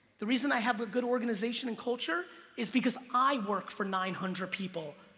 the reason i have a good organization in culture is because i work for nine hundred people,